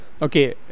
Okay